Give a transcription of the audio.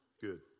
Good